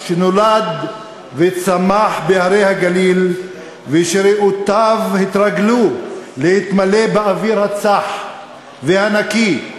שנולד וצמח בהרי הגליל ושריאותיו התרגלו להתמלא באוויר הצח והנקי,